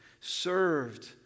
served